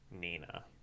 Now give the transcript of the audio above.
Nina